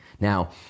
Now